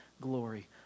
glory